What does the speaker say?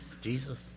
Jesus